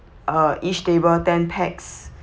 uh each table ten pax